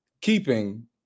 keeping